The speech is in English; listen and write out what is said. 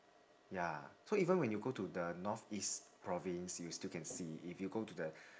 ya so even when you go to the north east province you still can see if you go to the